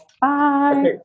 Bye